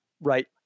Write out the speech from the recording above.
right